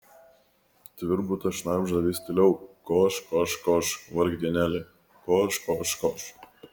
tvirbutas šnabžda vis tyliau koš koš koš vargdienėli koš koš koš